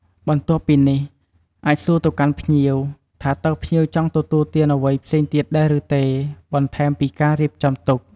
បន្ទាប់ពីនេះ អាចសួរទៅកាន់ភ្ញៀវ ថាតើភ្ញៀវចង់ទទួលទានអ្វីផ្សេងទៀតដែរឬទេ បន្ថែមពីការរៀបចំទុក ។